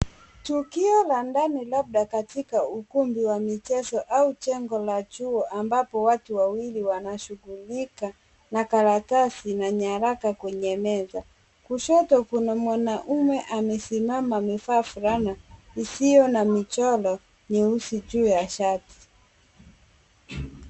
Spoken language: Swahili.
Tukio la ndani labda katika ukumbi wa michezo au jengo la juu ambapo watu wawili wanashughulika na karatasi na nyaraka kwenye meza. Kushoto kuna mwanaume amesimama. Amevaa fulana isio na michoro nyeusi juu ya shati.